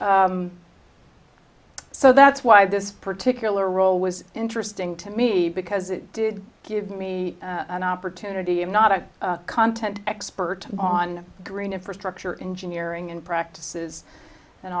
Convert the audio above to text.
so so that's why this particular role was interesting to me because it did give me an opportunity i'm not a content expert on green infrastructure engineering and practices and